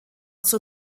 zur